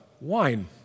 wine